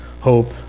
hope